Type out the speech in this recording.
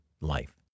life